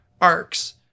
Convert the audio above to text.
arcs